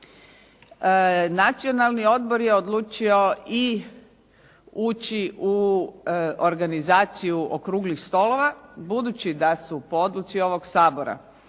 Nacionalni odbor je odlučio i ući u organizaciju okruglih stolova, budući da po odluci ovog Sabora